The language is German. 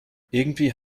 irgendwie